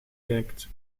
kijkt